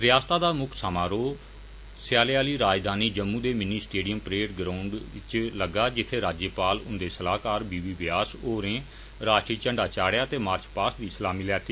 जम्मू च मुक्ख समारोह सझालै आहली राजधानी जम्मू दे मिनी स्टेडियम परेड ग्राउंड लग्गा जित्थे राज्यपाल हुंदे सलाह्कार बी बी व्यास होर राश्ट्री इंडा चाढ़ेआ ते मार्च पास्ट दी सलामी लैती